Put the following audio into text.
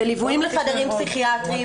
בליווים לחדרים פסיכיאטריים.